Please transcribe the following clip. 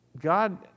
God